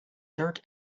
dirt